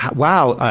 wow,